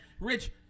rich